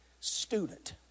student